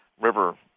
river